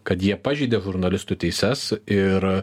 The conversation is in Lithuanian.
kad jie pažeidė žurnalistų teises ir